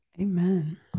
amen